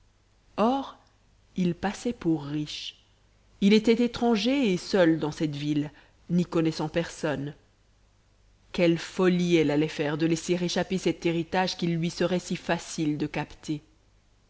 or il passait pour riche il était étranger et seul dans cette ville n'y connaissant personne quelle folie elle allait faire de laisser échapper cet héritage qu'il lui serait si facile de capter